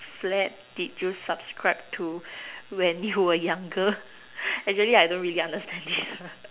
fad did you subscribe to when you were younger actually I don't really understand this